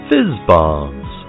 FizzBombs